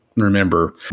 Remember